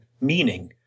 meaning